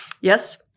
Yes